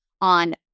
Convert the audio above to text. on